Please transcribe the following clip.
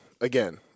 again